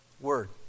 Word